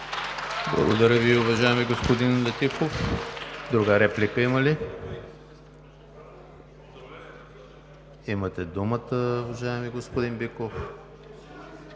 Благодаря Ви, уважаеми господин Летифов. Друга реплика има ли? Имате думата, уважаеми господин Биков.